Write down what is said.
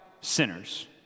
sinners